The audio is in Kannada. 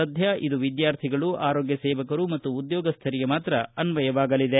ಸದ್ಯ ಇದು ವಿದ್ಯಾರ್ಥಿಗಳು ಆರೋಗ್ಯ ಸೇವಕರು ಮತ್ತು ಉದ್ಯೋಗಸ್ಥರಿಗೆ ಮಾತ್ರ ಅನ್ವಯವಾಗಲಿದೆ